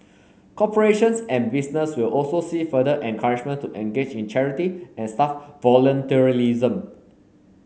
corporations and business will also see further encouragement to engage in charity and staff volunteerism